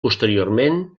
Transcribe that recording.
posteriorment